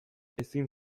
ezin